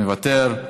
מוותר,